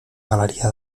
galeria